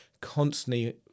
constantly